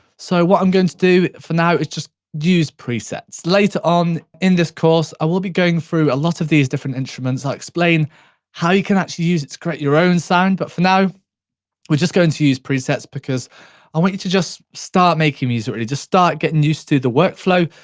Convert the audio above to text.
so what i'm going to do for now is just use presets. later on in this course i will be going through a lot of these different instruments. i will explain how you can actually use it to create your own sound, but for now we're just going to use presets. because i want you to just start making music already, just start getting used to the work flow,